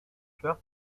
kurt